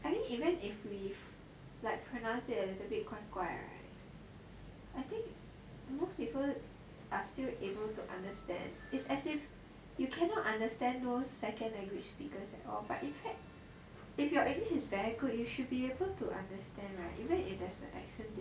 I mean even if we like pronounce it as a little bit 怪怪 right I think most people are still able to understand as in you cannot understand those second language speakers at all but in fact if your english is very good you should be able to understand right even if there's an accent difference